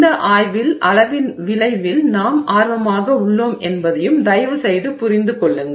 இந்த ஆய்வில் அளவின் விளைவில் நாம் ஆர்வமாக உள்ளோம் என்பதையும் தயவுசெய்து புரிந்து கொள்ளுங்கள்